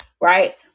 right